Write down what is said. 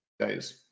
days